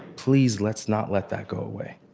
please, let's not let that go away.